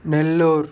Nellore